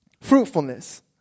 Fruitfulness